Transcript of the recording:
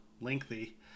lengthy